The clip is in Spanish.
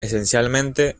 esencialmente